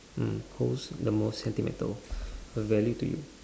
mm holds the most sentimental value to you